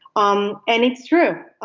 um and it's true,